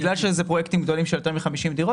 בגלל שאלה פרויקטים גדולים של יותר מ-50 דירות.